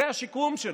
זה השיקום שלו.